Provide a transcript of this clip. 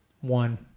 one